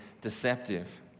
deceptive